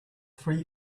three